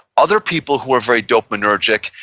other people who are very dopaminergic,